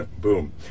boom